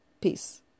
peace